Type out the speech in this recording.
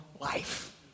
life